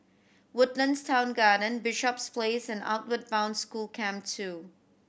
Woodlands Town Garden Bishops Place and Outward Bound School Camp Two